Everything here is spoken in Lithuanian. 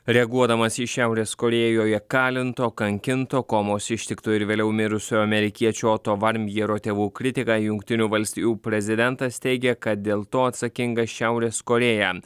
reaguodamas į šiaurės korėjoje kalinto kankinto komos ištikto ir vėliau mirusio amerikiečio oto varmjero tėvų kritiką jungtinių valstijų prezidentas teigia kad dėl to atsakinga šiaurės korėja